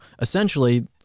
essentially